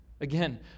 Again